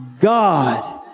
God